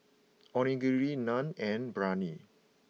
Onigiri Naan and Biryani